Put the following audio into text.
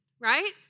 right